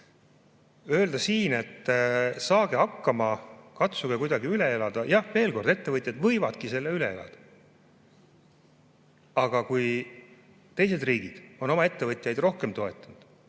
Öelda siin, et saage hakkama, katsuge kuidagi üle elada ... Jah, veel kord, ettevõtjad võivadki selle üle elada. Aga kui teised riigid on oma ettevõtjaid rohkem toetanud,